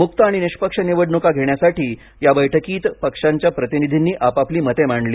मुक्त आणि निष्पक्ष निवडणुका घेण्यासाठी या बैठकीत पक्षांच्या प्रतिनिधींनी आपापली मते मांडली